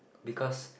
because